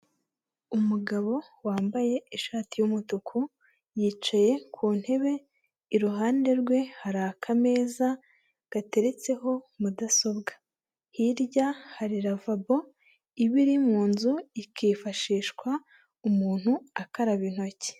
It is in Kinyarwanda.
Umugabo wambaye ishati y'umutuku, yicaye ku ntebe, iruhande rwe hari akameza gateretseho mudasobwa. Hirya hari lavabo iba iri mu nzu, ikifashishwa umuntu akaraba intoki.